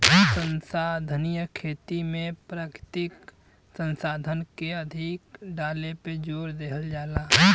संसाधनीय खेती में प्राकृतिक संसाधन के अधिक डाले पे जोर देहल जाला